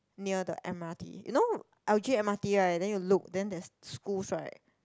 near the m_r_t you know Aljunied m_r_t right then you look then there's schools right